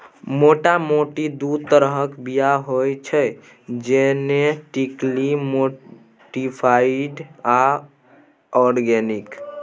मोटा मोटी दु तरहक बीया होइ छै जेनेटिकली मोडीफाइड आ आर्गेनिक